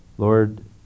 Lord